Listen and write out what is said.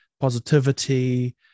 positivity